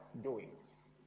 doings